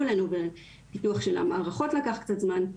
אלינו והפיתוח של המערכות לקח קצת זמן.